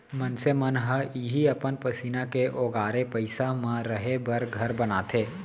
मनसे मन ह इहीं अपन पसीना के ओगारे पइसा म रहें बर घर बनाथे